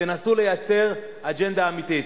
תנסו לייצר אג'נדה אמיתית.